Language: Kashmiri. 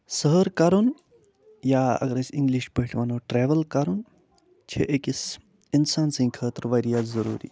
سٲر کَرُن یا اگر أسۍ اِنٛگلِش پٲٹھۍ وَنو ٹرٛیوٕل کَرُن چھِ أکِس اِنسان سٕنٛدۍ خٲطرٕ وارِیاہ ضٔروٗری